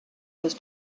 was